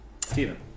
Steven